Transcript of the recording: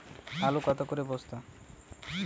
আলু কত করে বস্তা?